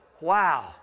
wow